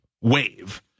wave